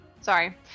Sorry